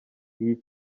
iyi